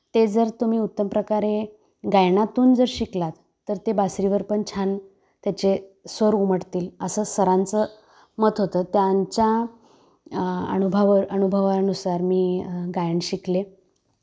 ते जर तुम्ही उत्तम प्रकारे गायनातून जर शिकलात तर ते बासरीवर पण छान त्याचे स्वर उमटतील असं सरांचं मत होतं त्यांच्या अणुभावर अनुभवानुसार मी गायन शिकले